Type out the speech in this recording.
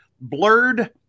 blurred